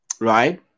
right